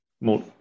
more